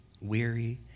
weary